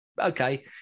Okay